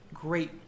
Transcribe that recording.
great